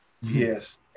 Yes